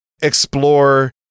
explore